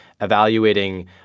evaluating